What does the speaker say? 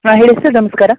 ಹಾಂ ಹೇಳಿ ಸರ್ ನಮಸ್ಕಾರ